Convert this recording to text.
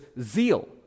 zeal